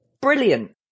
brilliant